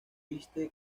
viste